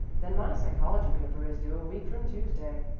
then, my psychology paper is due a week from tuesday.